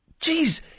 jeez